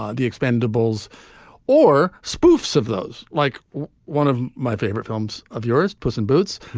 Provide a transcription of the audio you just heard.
ah the expendables or spoofs of those like one of my favorite films of yours, puss in boots,